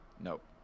Nope